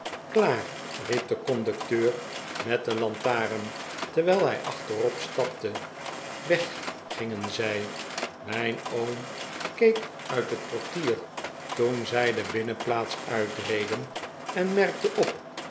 klaar riep de conducteur met de lantaren terwijl hij achterop stapte weg gingen zij mijn oom keek uit het portier toep zij de binnenplaats uitreden en merkte op